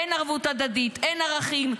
אין ערבות הדדית, אין ערכים.